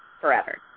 forever